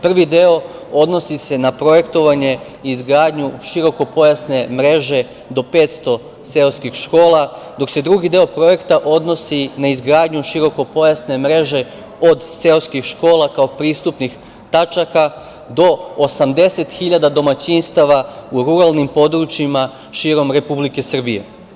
Prvi deo odnosi se na projektovanje i izgradnju širokopojasne mreže do 500 seoskih škola, dok se drugi deo Projekta odnosi na izgradnju širokopojasne mreže od seoskih škola kao pristupnih tačaka do 80.000 domaćinstava u ruralnim područjima širom Republike Srbije.